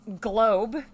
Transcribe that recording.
Globe